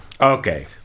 okay